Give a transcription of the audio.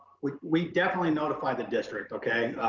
we we definitely notify the district, okay.